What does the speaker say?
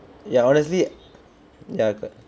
ya honestly ya correct